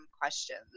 questions